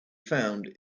found